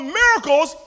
miracles